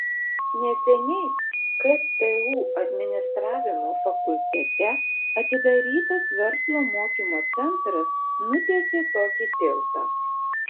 neseniai ktu administravimo fakultete atidarytas verslo mokymo centras nutiesė tokį tiltą